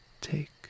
take